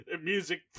music